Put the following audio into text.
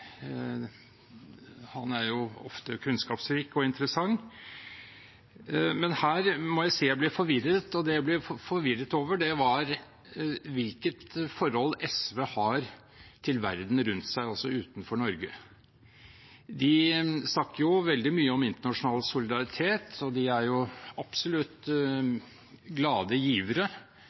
Han er ofte kunnskapsrik og interessant, men her må jeg si jeg ble forvirret. Det jeg ble forvirret over, var hvilket forhold SV har til verden rundt seg – altså utenfor Norge. De snakker veldig mye om internasjonal solidaritet, og de er absolutt glade givere,